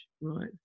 right